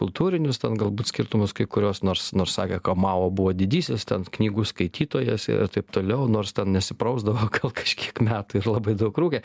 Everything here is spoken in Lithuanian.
kultūrinius ten galbūt skirtumus kai kuriuos nors nors sakė kad mao buvo didysis ten knygų skaitytojas ir taip toliau nors nesiprausdavo gal kažkiek metų ir labai daug rūkė